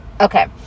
Okay